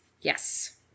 Yes